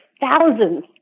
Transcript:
thousands